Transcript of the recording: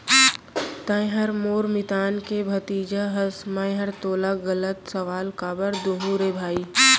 तैंहर मोर मितान के भतीजा हस मैंहर तोला गलत सलाव काबर दुहूँ रे भई